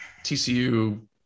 TCU